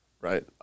right